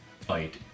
fight